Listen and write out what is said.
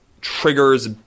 triggers